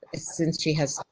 since she has.